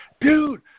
dude